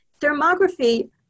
thermography